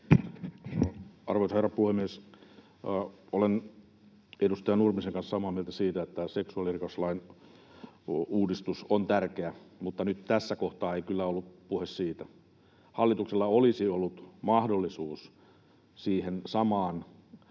Arvoisa herra puhemies! Olen edustaja Nurmisen kanssa samaa mieltä siitä, että seksuaalirikoslain uudistus on tärkeä, mutta nyt tässä kohtaa ei kyllä ollut puhe siitä. Hallituksella olisi ollut mahdollisuus siihen samaan